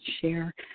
share